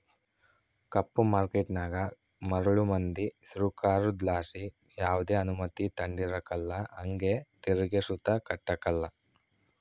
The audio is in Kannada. ಕಪ್ಪು ಮಾರ್ಕೇಟನಾಗ ಮರುಳು ಮಂದಿ ಸೃಕಾರುದ್ಲಾಸಿ ಯಾವ್ದೆ ಅನುಮತಿ ತಾಂಡಿರಕಲ್ಲ ಹಂಗೆ ತೆರಿಗೆ ಸುತ ಕಟ್ಟಕಲ್ಲ